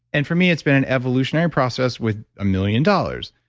and for me it's been an evolutionary process with a million dollars.